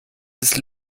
des